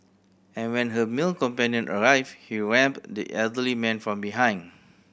and when her male companion arrived he rammed the elderly man from behind